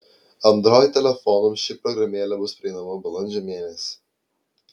android telefonams ši programėlė bus prieinama balandžio mėnesį